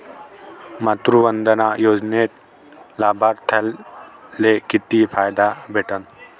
मातृवंदना योजनेत लाभार्थ्याले किती फायदा भेटन?